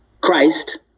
Christ